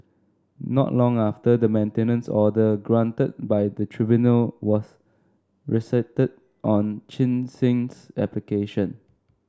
not long after the maintenance order granted by the tribunal was rescinded on Chin Sin's application